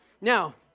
now